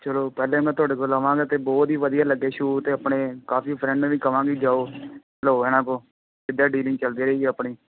ਚਲੋ ਪਹਿਲੇ ਮੈਂ ਤੁਹਾਡੇ ਕੋਲ ਆਵਾਂਗਾ ਅਤੇ ਬਹੁਤ ਹੀ ਵਧੀਆ ਲੱਗੇ ਸ਼ੂ ਅਤੇ ਆਪਣੇ ਕਾਫੀ ਫਰੈਂਡ ਨੂੰ ਵੀ ਕਹਾਂਗੇ ਜਾਓ ਲਓ ਇਹਨਾਂ ਕੋਲ ਇੱਦਾਂ ਡੀਲਿੰਗ ਚਲਦੀ ਰਹੇਗੀ ਆਪਣੀ